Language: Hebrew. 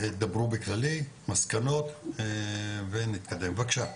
דברו בכללי, מסקנות ונתקדם, בבקשה.